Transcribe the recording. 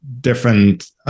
different